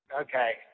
Okay